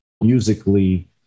musically